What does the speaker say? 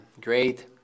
great